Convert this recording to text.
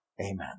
Amen